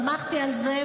שמחתי על זה,